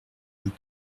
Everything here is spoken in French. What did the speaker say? vous